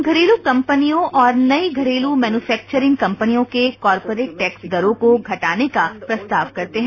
हम घरेलू कंपनियों और नई घरेलू मैन्यूफैक्वरिंग कंपनियों के कॉरपोरेट टैक्स दरों को घटाने का प्रस्ताव करते हैं